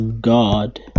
God